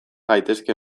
gaitezke